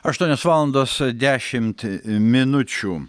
aštuonios valandos dešimt minučių